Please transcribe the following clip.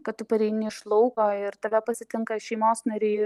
kad tu pareini iš lauko ir tave pasitinka šeimos nariai